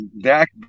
Dak